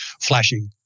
flashing